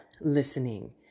listening